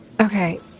Okay